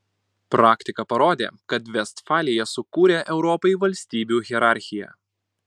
praktika parodė kad vestfalija sukūrė europai valstybių hierarchiją